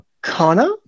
Connor